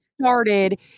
started